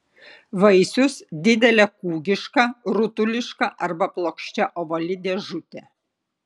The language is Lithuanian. vaisius didelė kūgiška rutuliška arba plokščia ovali dėžutė